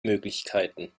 möglichkeiten